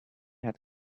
had